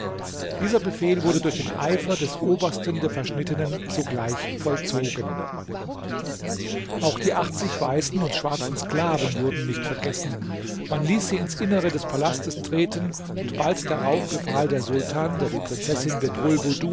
dieser befehl wurde durch den eifer des obersten der verschnittenen sogleich vollzogen auch die achtzig weißen und schwarzen sklaven wurden nicht vergessen man ließ sie ins innere des palastes treten und bald darauf befahl der sultan der der prinzessin